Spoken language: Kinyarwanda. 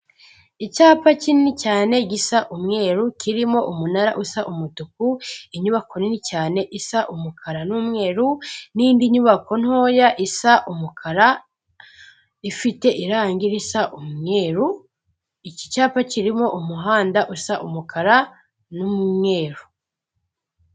Icyapa kinini cyane gisa umweru, kirimo umunara usa umutuku, inyubako nini cyane isa umukara n'umweru, n'indi nyubako ntoya isa umukara, ifite irangi risa umweru, iki cyapa kirimo umuhanda usa umukara n'umweru.